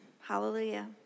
hallelujah